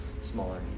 smaller